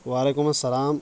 وعلیکم اسلام